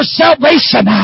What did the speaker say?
salvation